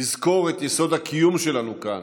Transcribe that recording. לזכור את יסוד הקיום שלנו כאן,